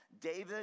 David